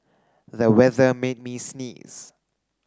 the weather made me sneeze